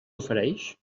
ofereix